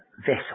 vessel